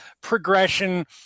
progression